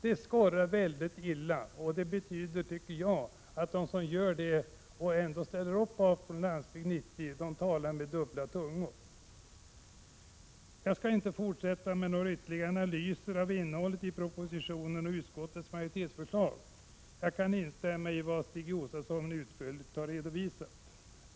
Det skorrar väldigt illa och betyder enligt min mening att de som genomför den och ändå ställer upp bakom Landsbygd 90 talar med dubbla tungor. Jag skall inte fortsätta med några ytterligare analyser av innehållet i propositionen och utskottets majoritetsförslag, utan kan instämma i vad Stig Josefson utförligt har redovisat.